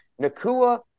Nakua